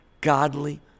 godly